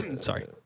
Sorry